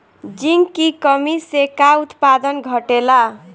Zinc की कमी से का उत्पादन घटेला?